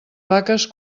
vaques